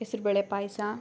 ಹೆಸ್ರ್ ಬೇಳೆ ಪಾಯಸ